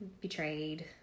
betrayed